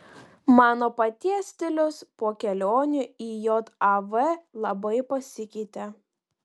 mano paties stilius po kelionių į jav labai pasikeitė